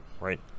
right